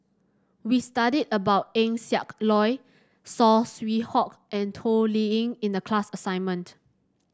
we studied about Eng Siak Loy Saw Swee Hock and Toh Liying in the class assignment